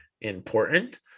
important